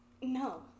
No